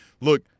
look